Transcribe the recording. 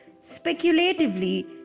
Speculatively